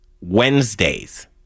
Wednesdays